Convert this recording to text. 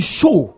show